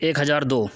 ایک ہزار دو